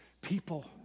People